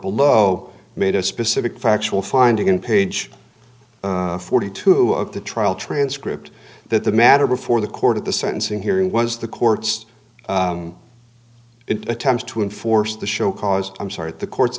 below made a specific factual finding in page forty two of the trial transcript that the matter before the court at the sentencing hearing was the court's it attempts to enforce the show cause i'm sorry that the courts